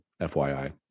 FYI